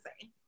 say